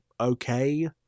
okay